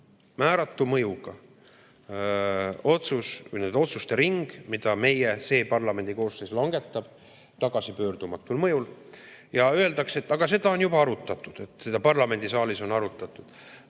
määratu mõjuga – otsus või nende otsuste ring, mida see parlamendikoosseis langetab tagasipöördumatul mõjul. Ja öeldakse, et aga seda on juba arutatud, seda on parlamendisaalis arutatud.